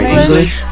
English